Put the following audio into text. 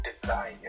desire